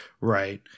Right